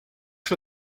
for